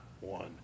one